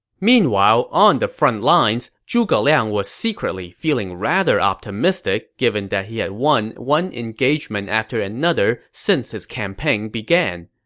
meanwhile, on the front lines, zhuge liang was secretly feeling rather optimistic given that he had won one engagement after another since his campaign began.